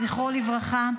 זכרו לברכה,